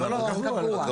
לא, הקבוע.